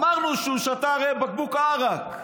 אמרנו, הרי, שהוא שתה בקבוק עראק.